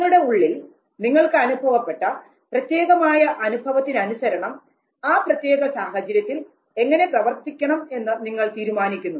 നിങ്ങളുടെ ഉള്ളിൽ നിങ്ങൾക്ക് അനുഭവപ്പെട്ട പ്രത്യേകമായ അനുഭവത്തിനനുസരണം ആ പ്രത്യേക സാഹചര്യത്തിൽ എങ്ങനെ പ്രവർത്തിക്കണം എന്ന് നിങ്ങൾ തീരുമാനിക്കുന്നു